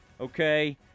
okay